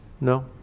No